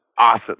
Awesome